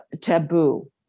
taboo